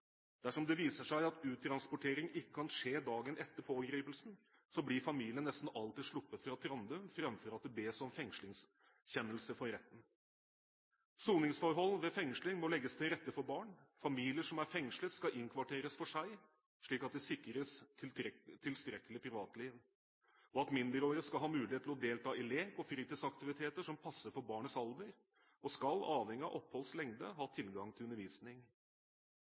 Dersom det viser seg at uttransportering ikke kan skje dagen etter pågripelse, blir familien nesten alltid sluppet fra Trandum framfor at det bes om fengslingskjennelse fra retten. Soningsforhold ved fengsling må legges til rette for barn. Familier som er fengslet, skal innkvarteres for seg, slik at de sikres tilstrekkelig privatliv. Mindreårige skal ha mulighet til å delta i lek og fritidsaktiviteter som passer for barnets alder, og skal, avhengig av oppholdets lengde, ha tilgang til undervisning.